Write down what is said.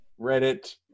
Reddit